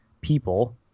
people